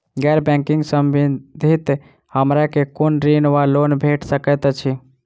गैर बैंकिंग संबंधित हमरा केँ कुन ऋण वा लोन भेट सकैत अछि?